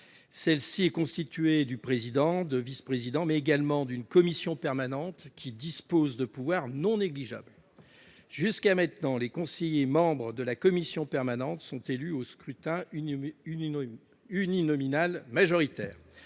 Celui-ci est constitué du président, de vice-présidents, mais également d'une commission permanente, qui dispose de pouvoirs non négligeables. Jusqu'à maintenant, les conseillers membres de la commission permanente sont élus au scrutin uninominal majoritaire.